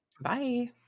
bye